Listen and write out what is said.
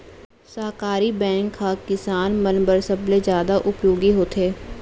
सहकारी बैंक ह किसान मन बर सबले जादा उपयोगी होथे